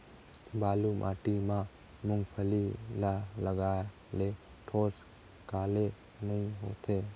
बालू माटी मा मुंगफली ला लगाले ठोस काले नइ होथे?